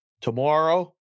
tomorrow